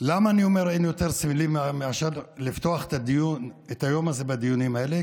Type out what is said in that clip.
למה אני אומר שאין יותר סמלי מאשר לפתוח את היום הזה בדיונים האלה?